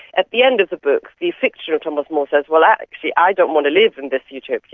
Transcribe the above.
at the end of the book, the fiction of thomas moore says, well, actually i don't want to live in this utopia.